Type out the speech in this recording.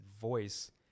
voice